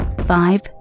Five